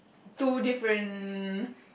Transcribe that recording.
two different